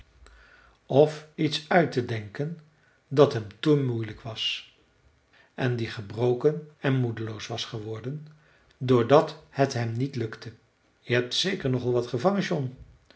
of iets uit te denken dat hem te moeilijk was en die gebroken en moedeloos was geworden doordat het hem niet gelukte je hebt zeker nog al wat gevangen jon